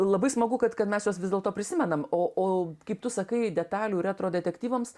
labai smagu kad kad mes juos vis dėlto prisimenam o o kaip tu sakai detalių retro detektyvams